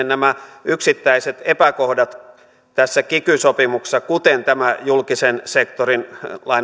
nämä yksittäiset epäkohdat tässä kiky sopimuksessa kuten tämä julkisen sektorin